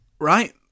Right